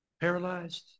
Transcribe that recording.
Paralyzed